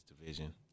division